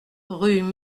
rue